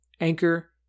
Anchor